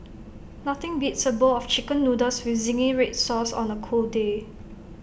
nothing beats A bowl of Chicken Noodles with Zingy Red Sauce on A cold day